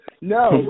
No